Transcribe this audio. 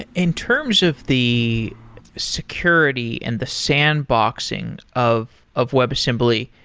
ah in terms of the security and the sandboxing of of webassembly,